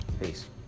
peace